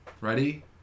ready